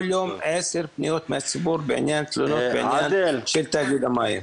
כל יום עשר פניות מהציבור בעניין תלונות בעניין של תאגיד המים.